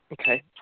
Okay